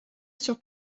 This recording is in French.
sur